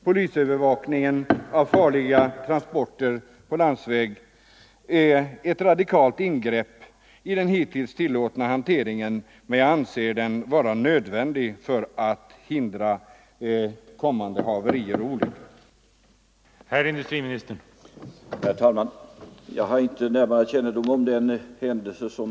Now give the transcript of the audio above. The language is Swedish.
Polisövervakning av farliga transporter på landsväg är ett radikalt ingrepp i den hittills tillåtna hanteringen, men jag anser den vara nödvändig för att förhindra kommande haverier och olyckor.